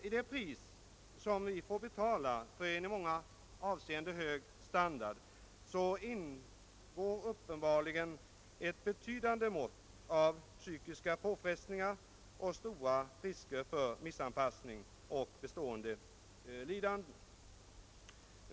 I det pris som vi får betala för en i många avseenden hög standard ingår uppenbarligen ett betydande mått av psykiska påfrestningar och stora risker för missanpassning och bestående lidanden.